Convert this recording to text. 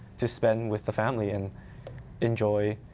to spend with the family and enjoy